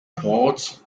pot